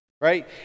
Right